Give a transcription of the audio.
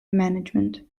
management